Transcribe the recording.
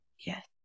yes